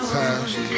past